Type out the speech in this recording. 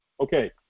Okay